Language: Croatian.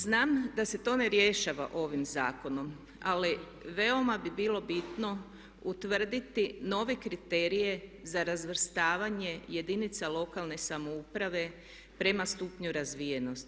Znam da se to ne rješava ovim zakonom ali veoma bi bilo bitno utvrditi nove kriterije za razvrstavanje jedinica lokalne samouprave prema stupnju razvijenosti.